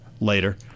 later